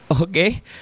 okay